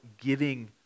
giving